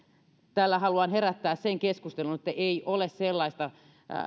tällä haluan herättää sen keskustelun että ei ole sellaista